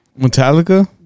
Metallica